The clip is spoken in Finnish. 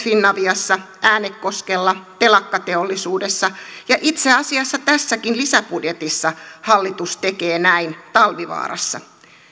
finaviassa äänekoskella telakkateollisuudessa ja itse asiassa tässäkin lisäbudjetissa hallitus tekee näin talvivaarassa